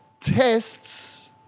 tests